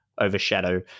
overshadow